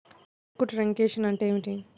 చెక్కు truncation అంటే ఏమిటి?